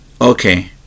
okay